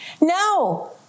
No